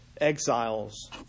exiles